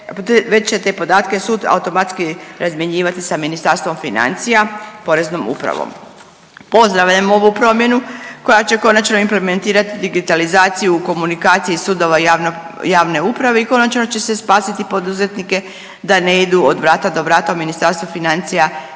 već će te podatke sud automatski razmjenjivati sa Ministarstvom financija i poreznom upravom. Pozdravljam ovu promjenu koja će konačno implementirati digitalizaciju u komunikaciji sudova i javnog, javne uprave i konačno će se spasiti poduzetnike da ne idu od vrata do vrata u Ministarstvu financija